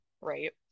Right